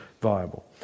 viable